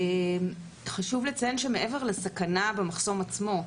חשוב לציין שמעבר לסכנה במחסום עצמו,